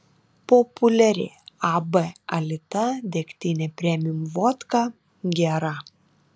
populiari ab alita degtinė premium vodka gera